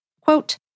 Quote